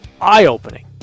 eye-opening